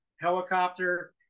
helicopter